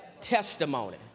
testimony